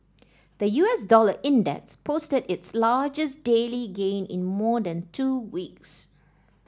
the U S dollar index posted its largest daily gain in more than two weeks